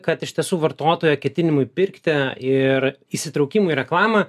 kad iš tiesų vartotojo ketinimui pirkti ir įsitraukimui į reklamą